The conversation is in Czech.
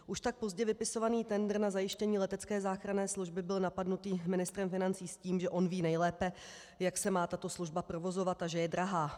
Už tak pozdě vypisovaný tendr na zajištění letecké záchranné služby byl napaden ministrem financí s tím, že on ví nejlépe, jak se má tato služba provozovat, a že je drahá.